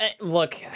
Look